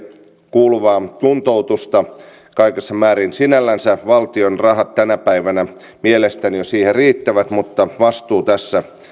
kuuluvaa kuntoutusta kaikissa määrin sinällänsä valtion rahat tänä päivänä mielestäni jo siihen riittävät mutta vastuu tässä